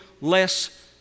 less